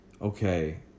okay